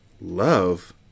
Love